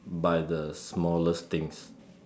by the smallest things